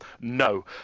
No